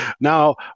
now